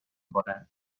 کنه